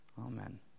Amen